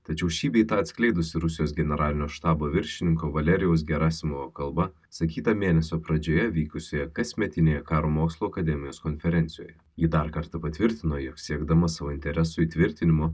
tačiau šį bei tą atskleidusi rusijos generalinio štabo viršininko valerijaus gerasimovo kalba sakyta mėnesio pradžioje vykusioje kasmetinėje karo mokslų akademijos konferencijoje ji dar kartą patvirtino jog siekdama savo interesų įtvirtinimo